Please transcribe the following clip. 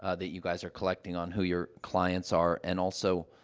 ah that you guys are collecting on, who your clients are, and also,